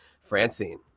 Francine